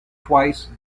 twice